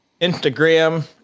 Instagram